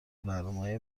برنامههای